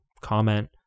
comment